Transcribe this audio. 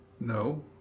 No